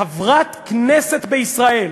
חברת כנסת בישראל,